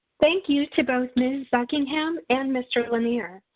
thank you to both ms. buckingham and mr. lanier.